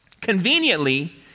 Conveniently